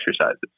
exercises